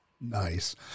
Nice